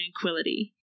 tranquility